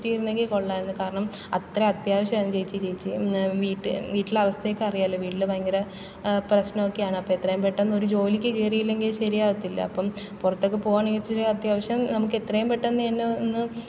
പറ്റിയിരുന്നെങ്കിൽ കൊള്ളാരുന്നു കാരണം അത്ര അത്യാവശ്യമായിരുന്നു ചേച്ചി ചേച്ചി വീട്ട് വീട്ടിലെ അവസ്ഥയൊക്കെ അറിയാലോ വീട്ടില് ഭയങ്കര പ്രശ്നമൊക്കെ അപ്പോൾ എത്രയും പെട്ടെന്ന് ഒരു ജോലിക്ക് കയറിയില്ലെങ്കിൽ ശരി ആകത്തില്ല അപ്പം പുറത്തൊക്കെ പോകണമെങ്കിൽ ഇച്ചിരി ആത്യാവശ്യം നമുക്ക് അത്രയും പെട്ടെന്ന് തന്നെ ഒന്ന്